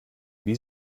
wie